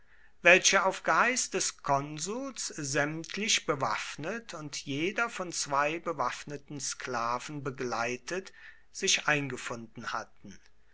welche auf geheiß des konsuls sämtlich bewaffnet und jeder von zwei bewaffneten sklaven begleitet sich eingefunden hatten